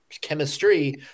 chemistry